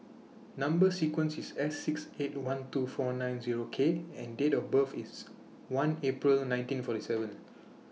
Number sequence IS S six eight one two four nine Zero K and Date of birth IS one April nineteen forty seven